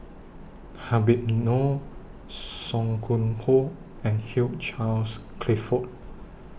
Habib Noh Song Koon Poh and Hugh Charles Clifford